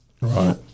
Right